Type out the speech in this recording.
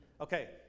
Okay